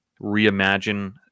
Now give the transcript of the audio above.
reimagine